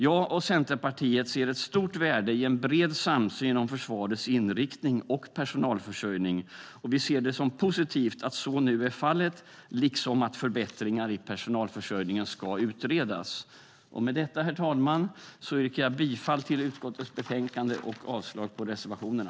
Jag och Centerpartiet ser ett stort värde i en bred samsyn om försvarets inriktning och personalförsörjning, och vi ser det positivt att så är fallet liksom att förbättringar i personalförsörjningen ska utredas. Med detta, herr talman, yrkar jag bifall till utskottets förslag i betänkandet och avslag på reservationerna.